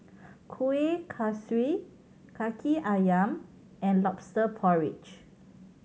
kueh kosui Kaki Ayam and Lobster Porridge